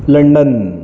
London